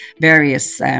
various